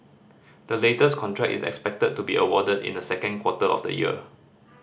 the latest contract is expected to be awarded in the second quarter of the year